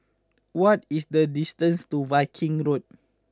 what is the distance to Viking Road